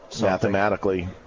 mathematically